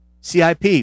CIP